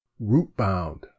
Root-bound